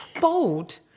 Bold